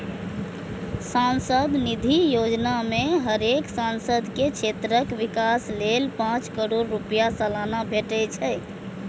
सांसद निधि योजना मे हरेक सांसद के क्षेत्रक विकास लेल पांच करोड़ रुपैया सलाना भेटे छै